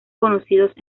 conocidos